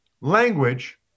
Language